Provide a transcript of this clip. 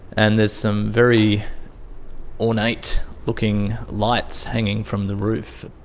and there's some very ornate looking lights hanging from the roof.